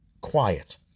quiet